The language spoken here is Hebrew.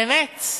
באמת,